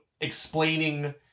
explaining –